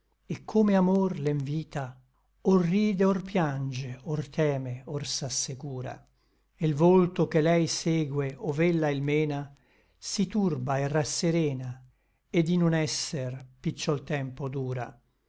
et come amor l'envita or ride or piange or teme or s'assecura e l volto che lei segue ov'ella il mena si turba et rasserena et in un esser picciol tempo dura